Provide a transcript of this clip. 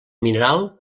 mineral